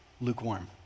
lukewarm